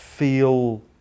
feel